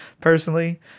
personally